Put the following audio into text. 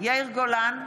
יאיר גולן,